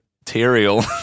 material